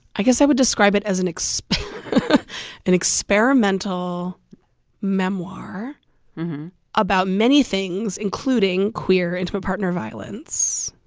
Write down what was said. i guess i would describe it as an experimental and experimental memoir about many things, including queer intimate partner violence,